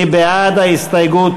מי בעד ההסתייגות?